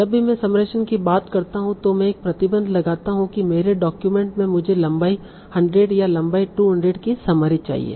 जब भी मैं समराइजेशेन की बात करता हूं तों मैं एक प्रतिबंध लगाता हूं कि मेरे डॉक्यूमेंट में मुझे लंबाई 100 या लंबाई 200 की समरी चाहिए